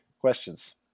Questions